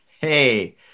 Hey